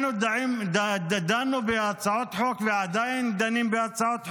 אנחנו דנו בהצעת החוק ועדיין דנים בהצעת החוק,